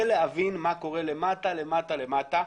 זה להבין מה קורה למטה, למטה, למטה.